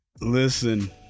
Listen